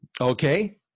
Okay